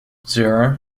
zero